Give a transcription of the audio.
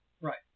right